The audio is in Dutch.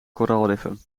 koraalriffen